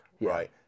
right